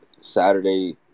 Saturday